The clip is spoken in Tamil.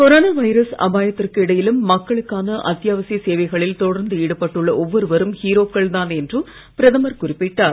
கொரோனா வைரஸ் அபாயத்திற்கு இடையிலும் மக்களுக்கான அத்தியாவசிய சேவைகளில் தொடர்ந்து ஈடுபட்டுள்ள ஒவ்வொருவரும் ஹீரோக்கள் தான் என்று பிரதமர் குறிப்பிட்டார்